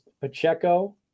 Pacheco